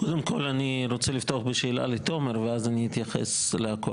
קודם כל אני רוצה לפתוח בשאלה לתומר ואז אני אתייחס להכול.